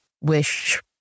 wish